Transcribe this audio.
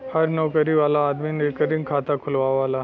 हर नउकरी वाला आदमी रिकरींग खाता खुलवावला